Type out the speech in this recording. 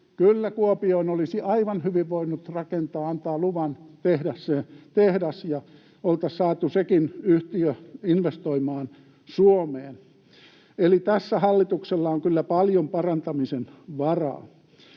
kyllä Kuopioon olisi aivan hyvin voinut rakentaa, antaa luvan tehdä se tehdas, ja oltaisiin saatu sekin yhtiö investoimaan Suomeen. Eli tässä hallituksella on kyllä paljon parantamisen varaa.